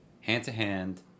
hand-to-hand